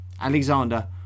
Alexander